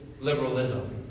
liberalism